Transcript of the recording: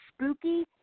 spooky